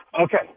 Okay